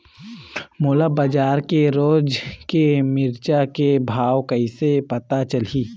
मोला बजार के रोज के मिरचा के भाव कइसे पता चलही?